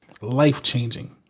life-changing